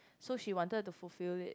so she wanted to fulfill it